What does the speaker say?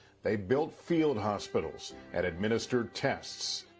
they built field hospitals and administered tests.